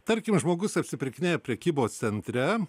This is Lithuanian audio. tarkim žmogus apsipirkinėja prekybos centre